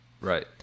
Right